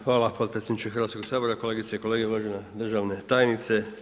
Hvala potpredsjedniče Hrvatskoga sabora, kolegice i kolege, uvažena državna tajnice.